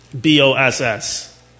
B-O-S-S